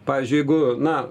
pavyzdžiui jeigu na